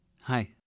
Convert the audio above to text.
Hi